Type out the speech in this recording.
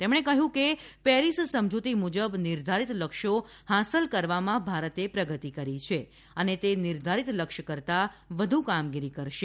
તેમણે કહ્યું કે પેરીસ સમજૂતી મુજબ નિર્ધારીત લક્ષ્યો હાંસલ કરવામાં ભારતે પ્રગતિ કરી છે અને તે નિર્ધારિત લક્ષ્ય કરતા વધુ કામગીરી કરશે